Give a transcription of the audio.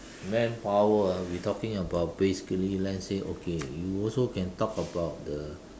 manpower ah we talking about basically let's say okay you also can talk about the